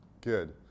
Good